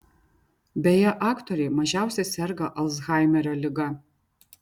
beje aktoriai mažiausiai serga alzhaimerio liga